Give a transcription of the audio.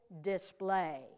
display